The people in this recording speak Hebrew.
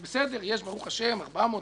בסדר, יש ברוך השם, 450,000-400,000,